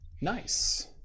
Nice